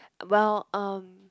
well um